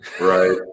right